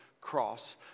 cross